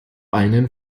einen